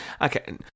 Okay